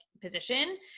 position